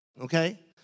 Okay